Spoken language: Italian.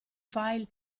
file